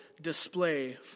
display